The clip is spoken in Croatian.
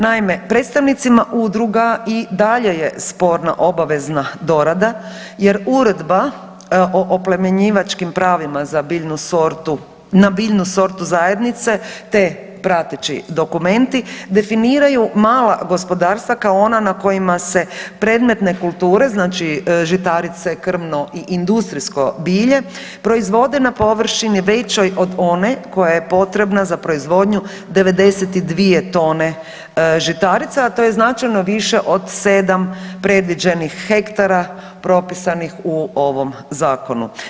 Naime, predstavnicima udruga i dalje je sporna obavezna dorada jer uredba o oplemenjivačkim pravima za biljnu sortu, na biljnu sortu zajednice te prateći dokumenti definiraju mala gospodarstva kao ona na kojima se predmetne kulture, znači žitarice, krvno i industrijsko bilje proizvodnje na površini većoj od one koja je potrebna za proizvodnju 92 tone žitarica, a to je značajno više od 7 predviđenih hektara propisanih u ovom Zakonu.